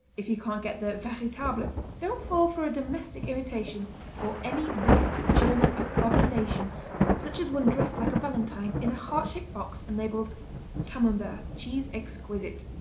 if you can't get the veritable don't fall for a domestic imitation or any west german abomination such as one dressed like a valentine in a heart-shaped box and labeled camembert cheese exquisite.